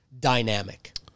Dynamic